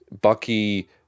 Bucky